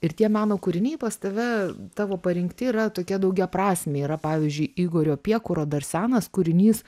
ir tie meno kūriniai pas tave tavo parinkti yra tokie daugiaprasmiai yra pavyzdžiui igorio piekuro dar senas kūrinys